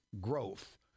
growth